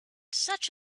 such